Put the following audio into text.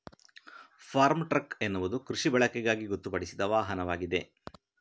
form truck ಎನ್ನುವುದು ಕೃಷಿ ಬಳಕೆಗಾಗಿ ಗೊತ್ತುಪಡಿಸಿದ ವಾಹನವಾಗಿದೆ